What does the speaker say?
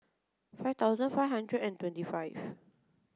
five thousand five hundred and twenty five